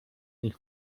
ich